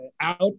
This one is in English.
out